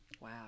Wow